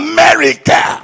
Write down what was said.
America